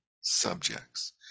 subjects